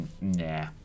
nah